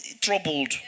troubled